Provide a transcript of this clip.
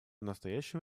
настоящее